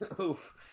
Oof